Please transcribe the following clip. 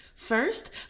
First